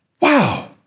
Wow